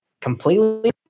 completely